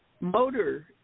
motor